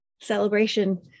celebration